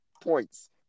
points